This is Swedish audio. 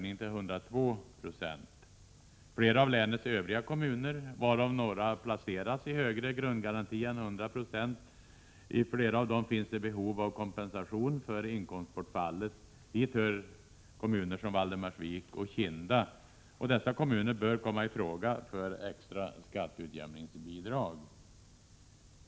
I flera av länets övriga kommuner, varav några placerats i högre grundgaranti än 100 96, finns behov av kompensation för inkomstbortfallet. Dit hör kommuner som Valdemarsvik och Kinda. Dessa kommuner bör komma i fråga för extra skatteutjämningsbidrag.